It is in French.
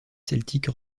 celtique